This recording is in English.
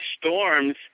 storms